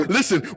Listen